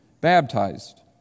baptized